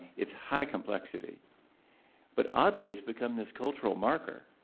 its high complexity but oddly its become this cultural marker